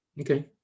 Okay